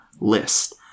list